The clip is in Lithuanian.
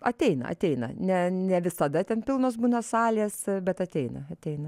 ateina ateina ne ne visada ten pilnos būna salės bet ateina ateina